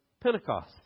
Pentecost